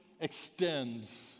extends